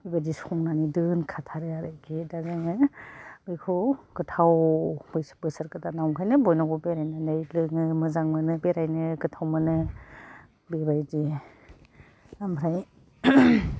बेबादि संनानै दोनखाथारो आरोखि दा जोङो बेखौ गोथाव बोसोर गोदानाव ओंखायनो बयनावबो बेरायनानै लोङो मोजां मोनो बेरायनो गोथाव मोनो बेबादि ओमफ्राय